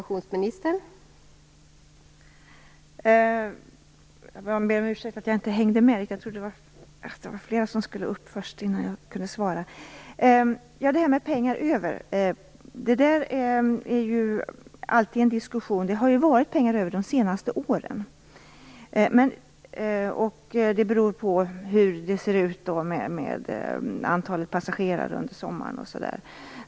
Fru talman! När det gäller frågan om det finns pengar över pågår det alltid en diskussion. Det har ju funnits pengar över de senaste åren. Det beror på hur det ser ut när det gäller antalet passagerare under sommaren och liknande.